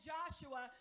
Joshua